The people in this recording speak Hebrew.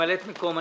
ממלאת מקום הנגידה,